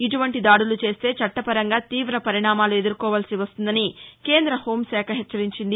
ఇటువంటి దాడులు చేస్తే చట్లపరంగా తీవ పరిణామాలు ఎదుర్కోవాల్సి వస్తుందని కేంద హెూంశాఖ హెచ్చరించింది